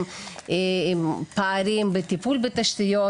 עם פערים בטיפול בתשתיות,